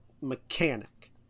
mechanic